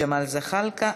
ג'מאל זחאלקה,